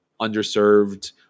underserved